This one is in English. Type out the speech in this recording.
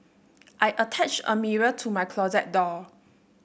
I attached a mirror to my closet door